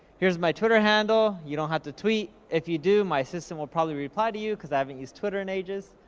here's my twitter handle. you don't have to tweet. if you do my assistant will probably reply to you, cause i haven't used twitter in ages,